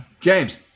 James